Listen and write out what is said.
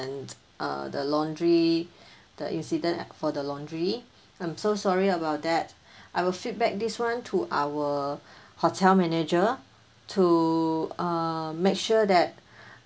err the laundry the incident for the laundry I'm so sorry about that I will feedback this one to our hotel manager to err make sure that